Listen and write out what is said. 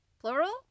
plural